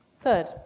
Third